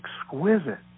exquisite